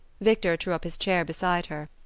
victor drew up his chair beside her.